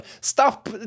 stop